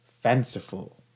fanciful